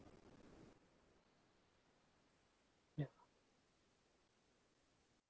ya